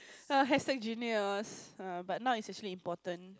[huh] hashtag genius err but not actually important